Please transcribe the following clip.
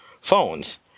phones